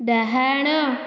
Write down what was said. ଡାହାଣ